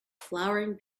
flowering